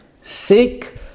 sick